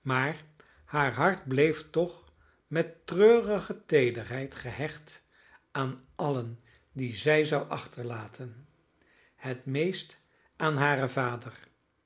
maar haar hart bleef toch met treurige teederheid gehecht aan allen die zij zou achterlaten het meest aan haren vader